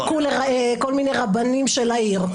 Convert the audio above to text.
שחיכו לכל מיני רבנים של העיר.